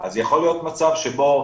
אז יכול להיות מצב שבו,